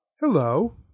hello